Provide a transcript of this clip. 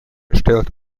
stellt